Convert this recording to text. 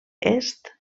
est